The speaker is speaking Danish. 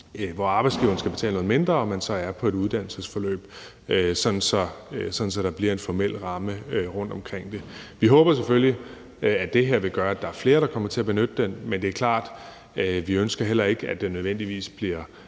hvor arbejdsgiveren skal betale noget mindre, mens man så er på et uddannelsesforløb, sådan at der bliver en formel ramme rundt omkring det. Vi håber selvfølgelig, at det her vil gøre, at der er flere, der kommer til at benytte den, men det er klart, at vi heller ikke ønsker, at det nødvendigvis bliver